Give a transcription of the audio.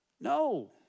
No